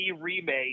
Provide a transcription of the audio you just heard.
remake